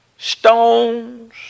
Stones